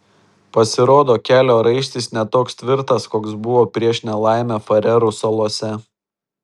pasirodo kelio raištis ne toks tvirtas koks buvo prieš nelaimę farerų salose